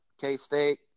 K-State